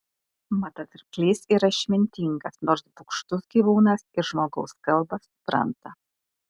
mat arklys yra išmintingas nors bugštus gyvūnas ir žmogaus kalbą supranta